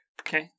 Okay